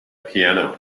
piano